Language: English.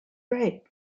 right